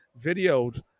videoed